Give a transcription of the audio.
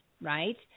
right